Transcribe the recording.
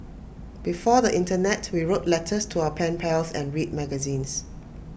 before the Internet we wrote letters to our pen pals and read magazines